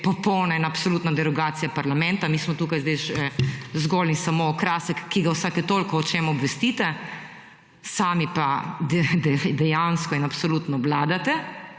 popolna in absolutno derogacija parlamenta. Mi smo tukaj zgolj in samo okrasek, ki ga vsake toliko o čem obvestite sami pa dejansko in absolutno vladate